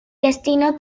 destino